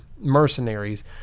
mercenaries